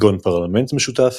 כגון פרלמנט משותף,